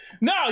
No